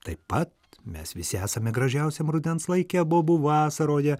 taip pat mes visi esame gražiausiam rudens laike bobų vasaroje